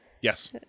Yes